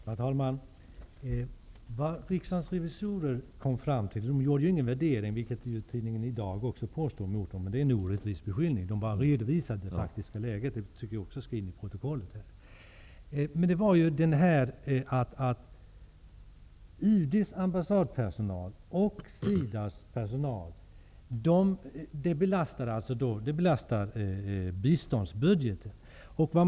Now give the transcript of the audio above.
Herr talman! Riksdagens revisorer gjorde ingen värdering, som tidningen IDAG påstod. Det är en orättvis beskyllning. De redovisade bara det faktiska läget. Jag tycker att också detta skall föras till protokollet. Både UD:s ambassadpersonal och SIDA:s personal belastar biståndsbudgeten.